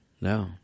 no